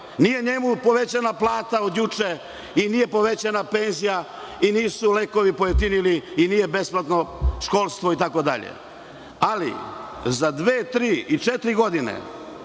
Nije njemu povećana plata od juče i nije povećana penzija i nisu lekovi pojeftinili i nije besplatno školstvo itd, ali za dve, tri i četiri godine